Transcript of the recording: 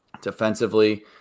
defensively